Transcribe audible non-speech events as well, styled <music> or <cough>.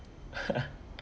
<laughs>